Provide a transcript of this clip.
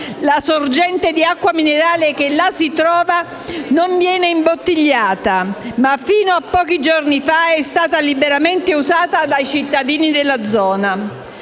cui sorgente si trova *in loco* non viene imbottigliata, ma fino a pochi giorni fa è stata liberamente usata dai cittadini della zona.